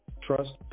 trust